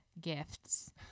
gifts